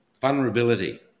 Vulnerability